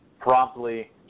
Promptly